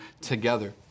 together